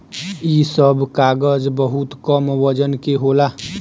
इ सब कागज बहुत कम वजन के होला